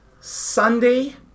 Sunday